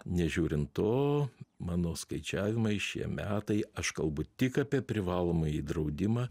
nežiūrint to mano skaičiavimais šie metai aš kalbu tik apie privalomąjį draudimą